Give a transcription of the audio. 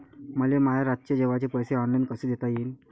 मले माया रातचे जेवाचे पैसे ऑनलाईन कसे देता येईन?